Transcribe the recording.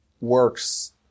works